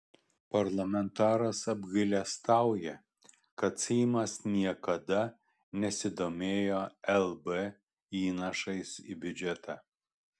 parlamentaras apgailestauja kad seimas niekada nesidomėjo lb įnašais į biudžetą